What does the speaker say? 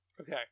Okay